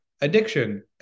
Addiction